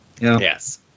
Yes